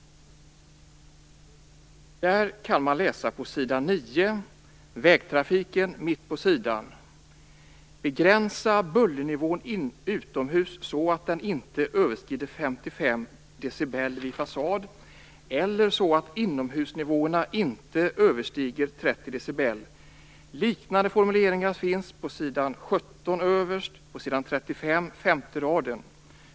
Där står det på s. 9: Begränsa bullernivån utomhus så att den inte överskrider 55 Liknande formuleringar finns på s. 17 och s. 35. Fru talman!